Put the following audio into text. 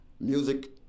music